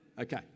Okay